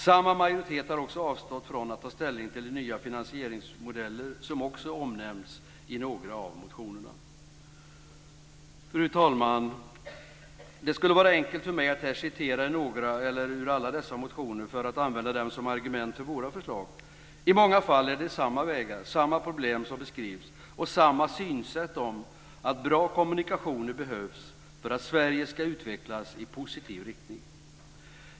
Samma majoritet har också avstått från att ta ställning till de nya finansieringsmodeller som också omnämns i några av motionerna. Fru talman! Det skulle vara enkelt för mig att här citera några eller alla dessa motioner för att använda dem som argument för våra förslag. I många fall är det samma vägar och samma problem som beskrivs, och samma synsätt på att bra kommunikationer behövs för att Sverige ska utvecklas i positiv riktning.